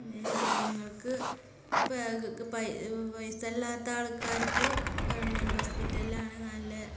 ഈ ജനങ്ങൾക്ക് പൈസയില്ലാത്ത ആൾക്കാർക്ക് ഗെവൺമെൻറ് ഹോസ്പിറ്റലാണ് നല്ലത്